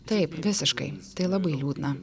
taip visiškai tai labai liūdna